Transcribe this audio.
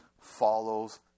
follows